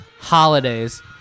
holidays